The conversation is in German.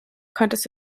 könntest